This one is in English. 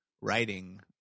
writing